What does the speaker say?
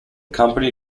company